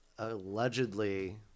allegedly